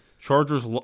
Chargers